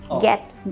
get